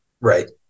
Right